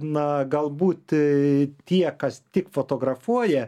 na galbūt tie kas tik fotografuoja